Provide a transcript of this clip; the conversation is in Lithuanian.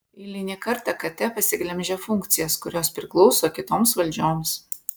eilinę kartą kt pasiglemžia funkcijas kurios priklauso kitoms valdžioms